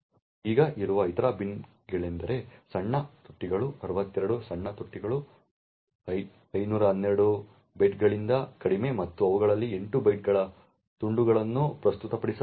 ಈಗ ಇರುವ ಇತರ ಬಿನ್ಗಳೆಂದರೆ ಸಣ್ಣ ತೊಟ್ಟಿಗಳು 62 ಸಣ್ಣ ತೊಟ್ಟಿಗಳು 512 ಬೈಟ್ಗಳಿಗಿಂತ ಕಡಿಮೆ ಮತ್ತು ಅವುಗಳಲ್ಲಿ 8 ಬೈಟ್ಗಳ ತುಂಡುಗಳನ್ನು ಪ್ರಸ್ತುತಪಡಿಸಲಾಗಿದೆ